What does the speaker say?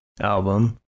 album